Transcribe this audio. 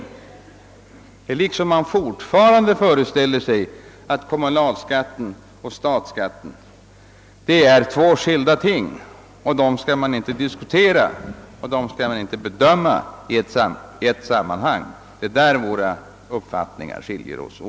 Man tycks fortfarande föreställa sig att kommunalskatten och statsskatten är två skilda ting, som inte skall diskuteras och bedömas i ett sammanhang. Det är på den punkten våra uppfattningar skiljer sig åt.